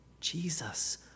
Jesus